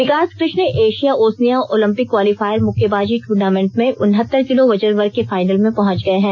विकास Krishan Asia Oceania Olympic qualifier मुक्केबाजी tournament में उनहत्तर किलो वजन वर्ग के फाइनल में पहुंच गए हैं